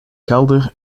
kelder